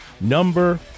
number